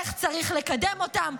איך צריך לקדם אותם,